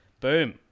Boom